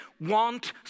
want